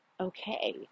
okay